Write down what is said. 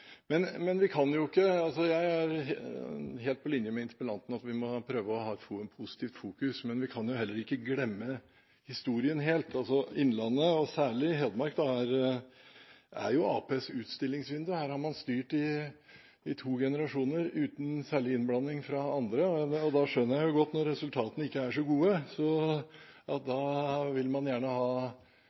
Jeg er helt på linje med interpellanten i at vi må prøve å ha et positivt fokus, men vi kan jo heller ikke glemme historien helt. Innlandet og særlig Hedmark er jo Arbeiderpartiets utstillingsvindu. Her har man styrt i to generasjoner uten særlig innblanding fra andre, og da skjønner jeg godt at når resultatene ikke er så gode, så vil man gjerne ha